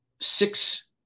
Six